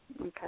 Okay